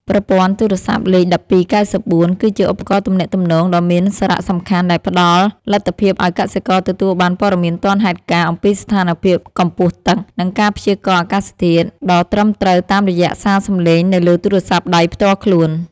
ប្រព័ន្ធទូរស័ព្ទលេខ ១២៩៤ គឺជាឧបករណ៍ទំនាក់ទំនងដ៏មានសារៈសំខាន់ដែលផ្តល់លទ្ធភាពឱ្យកសិករទទួលបានព័ត៌មានទាន់ហេតុការណ៍អំពីស្ថានភាពកម្ពស់ទឹក និងការព្យាករណ៍អាកាសធាតុដ៏ត្រឹមត្រូវតាមរយៈសារសំឡេងនៅលើទូរស័ព្ទដៃផ្ទាល់ខ្លួន។